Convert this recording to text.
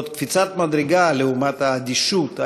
זאת קפיצת מדרגה לעומת האדישות,